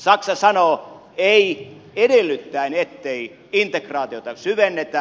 saksa sanoo ei edellyttäen ettei integraatiota syvennetä